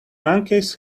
monkeys